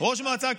ראש מועצה קרואה.